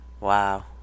Wow